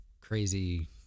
crazy